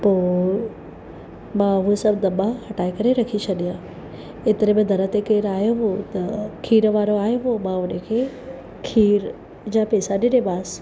पोइ मां उहो सभु दॿा हटाए करे रखी छॾिया एतिरे में दर ते केरु आयो हुओ त खीर वारो आयो हुओ मां हुनखे खीर जा पैसा ॾिनमांसि